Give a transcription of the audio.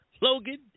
logan